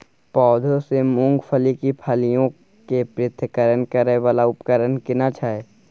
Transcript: पौधों से मूंगफली की फलियां के पृथक्करण करय वाला उपकरण केना छै?